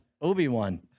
Obi-Wan